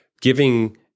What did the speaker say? giving